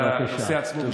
בנושא עצמו.